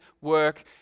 work